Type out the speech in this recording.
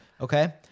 okay